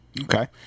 Okay